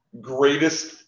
Greatest